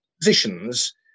positions